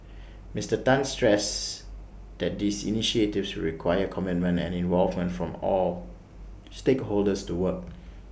Mister Tan stressed that these initiatives would require commitment and involvement from all stakeholders to work